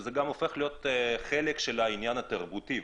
זה הופך להיות חלק מעניין תרבותי.